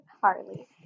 Harley